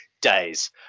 days